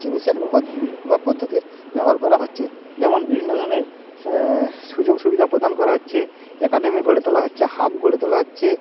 জিনিসের বা পদ্ধতির ব্যবহার করা হচ্ছে যেমন বিভিন্ন ধরনের সুযোগ সুবিধা প্রদান করা হচ্ছে অ্যাকাডেমি গড়ে তোলা হচ্ছে হাব গড়ে তোলা হচ্ছে